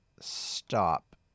stop